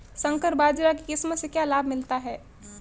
संकर बाजरा की किस्म से क्या लाभ मिलता है?